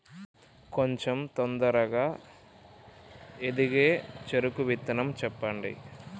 కొంచం తొందరగా ఎదిగే చెరుకు విత్తనం చెప్పండి?